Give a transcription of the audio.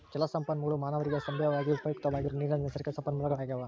ಜಲಸಂಪನ್ಮೂಲಗುಳು ಮಾನವರಿಗೆ ಸಂಭಾವ್ಯವಾಗಿ ಉಪಯುಕ್ತವಾಗಿರೋ ನೀರಿನ ನೈಸರ್ಗಿಕ ಸಂಪನ್ಮೂಲಗಳಾಗ್ಯವ